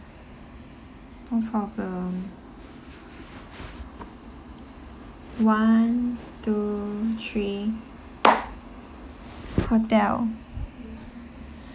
no problem one two three hotel